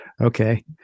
Okay